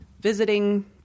visiting